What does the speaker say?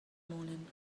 morning